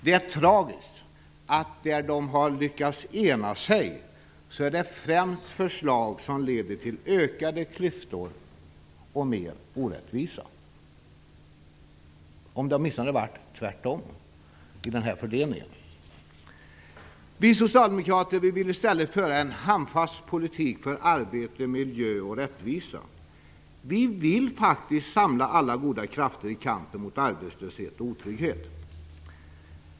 Det är tragiskt att det de har lyckats ena sig om främst är förslag som leder till ökade klyftor och mer orättvisa. Om det åtminstone hade varit tvärtom i den här fördelningen! Vi socialdemokrater vill i stället föra en handfast politik för arbete, miljö och rättvisa. Vi vill faktiskt samla alla goda krafter i kampen mot arbetslöshet och otrygghet.